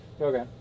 Okay